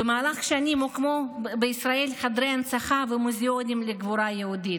במהלך השנים הוקמו בישראל חדרי הנצחה ומוזיאונים לגבורה היהודית.